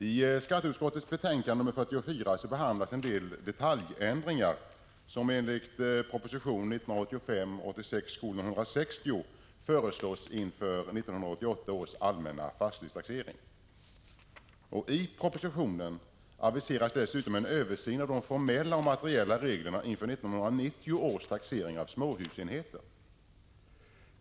I skatteutskottets betänkande nr 44 behandlas en del detaljändringar, som enligt proposition 1985/86:160 föreslås inför 1988 års allmänna fastighetstaxering. I propositionen aviseras dessutom en översyn av de formella och materiella reglerna inför 1990 års taxering av småhusenheter.